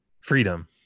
Freedom